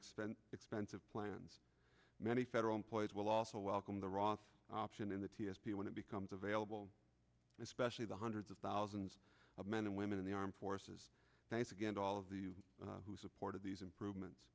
expense expensive plans many federal employees will also welcome the roth option in the t s p when it becomes available especially the hundreds of thousands of men and women in the armed forces thanks again to all of the you who supported these improvements